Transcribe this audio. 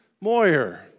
Moyer